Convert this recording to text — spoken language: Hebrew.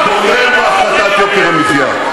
כולל בהפחתת יוקר המחיה,